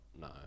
no